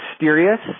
mysterious